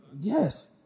Yes